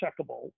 checkable